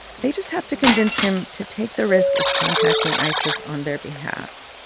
they just have to convince him to take the risk of contacting isis on their behalf.